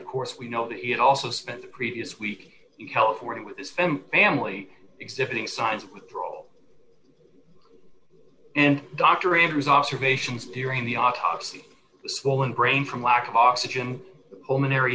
of course we know that he had also spent the previous week in california with his family exhibiting signs of withdrawal and dr andrews observations during the autopsy the swollen brain from lack of oxygen